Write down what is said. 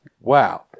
Wow